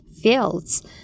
fields